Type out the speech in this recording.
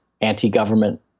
anti-government